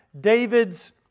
David's